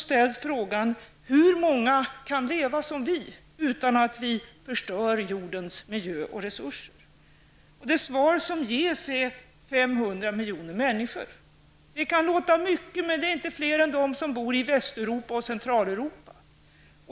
'', ställs frågan: ''Hur många kan leva som vi utan att vi förstör jordens miljö och resurser?'' Det svar som ges är 500 miljoner människor. Det kan låta mycket, men det är inte fler än de som bor i Västeuropa och Centraleuropa.